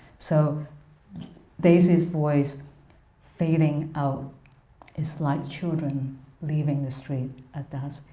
so daisy's voice fading out is like children leaving the street at dusk.